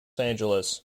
angeles